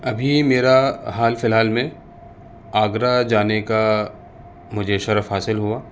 ابھی میرا حال فی الحال میں آگرہ جانے کا مجھے شرف حاصل ہوا